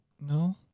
no